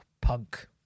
punk